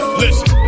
listen